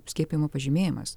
skiepijimo pažymėjimas